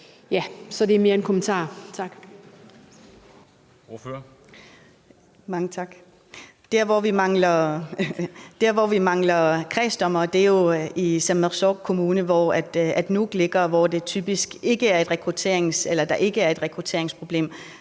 Der, hvor vi mangler kredsdommere, er jo i Sermersooq Kommune, hvor Nuuk ligger, og hvor der typisk ikke er et rekrutteringsproblem.